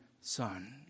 son